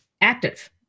active